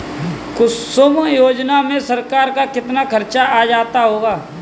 कुसुम योजना में सरकार का कितना खर्चा आ जाता होगा